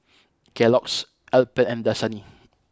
Kellogg's Alpen and Dasani